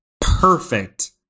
perfect